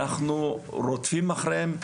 אנחנו רודפים אחריהם,